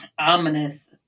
ominous